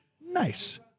Nice